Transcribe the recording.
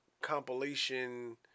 compilation